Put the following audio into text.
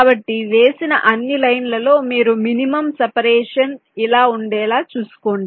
కాబట్టి వేసిన అన్ని లైన్ లలో మీరు మినిమం సెపరేషన్ ఇలా ఉండేలా చూసుకోండి